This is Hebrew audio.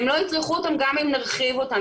והם לא יצרכו אותם גם אם נרחיב אותם.